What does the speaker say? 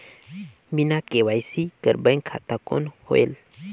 बिना के.वाई.सी कर बैंक खाता कौन होएल?